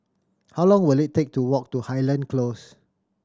how long will it take to walk to Highland Close